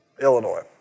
Illinois